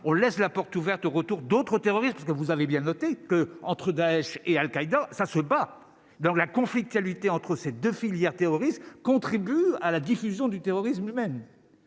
on laisse la porte ouverte au retour d'autres terroristes parce que vous avez bien noté que entre Daech et Al-Qaïda, ça ne veut pas, donc la conflictualité entre ces 2 filières terroristes contribue à la diffusion du terrorisme lui-même